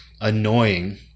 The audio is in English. annoying